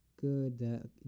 Good